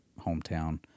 hometown